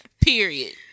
period